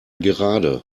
gerade